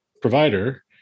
provider